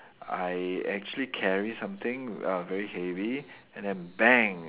I actually carried something uh very heavy and then bang